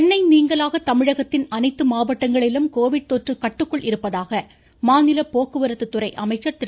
சென்னை நீங்கலாக தமிழகத்தின் அனைத்து மாவட்டங்களிலும் கோவிட் தொற்று கட்டுக்குள் இருப்பதாக மாநில போக்குவரத்து துறை அமைச்சர் திரு